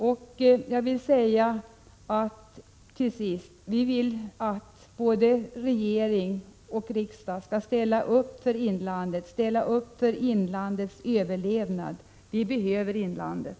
Till sist vill jag säga att vi vill att både regering och riksdag skall ställa upp för inlandet och för dess överlevnad. Vi behöver inlandet.